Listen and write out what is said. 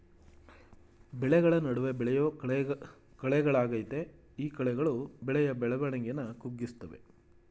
ಬೆಳೆಗಳ ನಡುವೆ ಬೆಳೆಯೋ ಕಳೆಗಳಾಗಯ್ತೆ ಈ ಕಳೆಗಳು ಬೆಳೆಯ ಬೆಳವಣಿಗೆನ ಕುಗ್ಗಿಸ್ತವೆ